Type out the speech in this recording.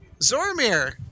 zormir